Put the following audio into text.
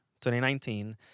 2019